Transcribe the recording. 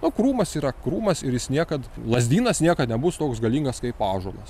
o krūmas yra krūmas ir jis niekad lazdynas niekad nebus toks galingas kaip ąžuolas